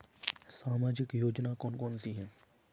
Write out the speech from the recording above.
सामाजिक योजना कौन कौन सी हैं?